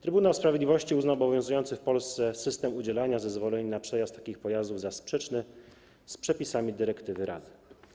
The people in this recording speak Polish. Trybunał Sprawiedliwości uznał obowiązujący w Polsce system udzielania zezwoleń na przejazd takich pojazdów za sprzeczny z przepisami dyrektywy Rady.